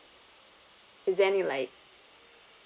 is there any like